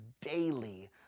daily